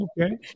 Okay